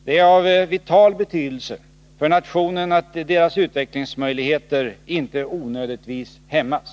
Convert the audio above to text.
Det är av vital betydelse för nationen att deras utvecklingsmöjligheter inte onödigtvis hämmas.